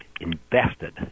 invested